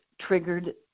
triggered